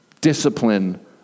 discipline